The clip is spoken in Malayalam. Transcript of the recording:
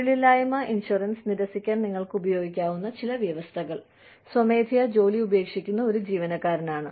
തൊഴിലില്ലായ്മ ഇൻഷുറൻസ് നിരസിക്കാൻ നിങ്ങൾക്ക് ഉപയോഗിക്കാവുന്ന ചില വ്യവസ്ഥകൾ സ്വമേധയാ ജോലി ഉപേക്ഷിക്കുന്ന ഒരു ജീവനക്കാരനാണ്